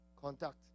contact